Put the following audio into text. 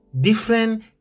different